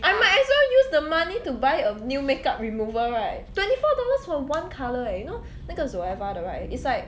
I might as well use the money to buy a new makeup remover right twenty four dollars for one colour eh you know 那个 Zoeva 的 right it's like